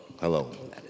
hello